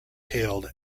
hailed